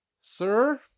Sir